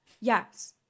yes